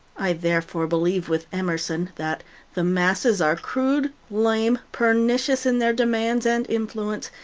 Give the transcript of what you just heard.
i therefore believe with emerson that the masses are crude, lame, pernicious in their demands and influence,